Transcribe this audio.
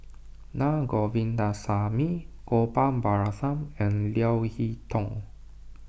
Na Govindasamy Gopal Baratham and Leo Hee Tong